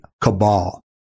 cabal